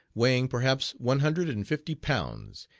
weighing perhaps one hundred and fifty pounds,